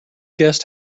guest